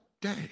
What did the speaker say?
day